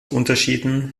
unterschieden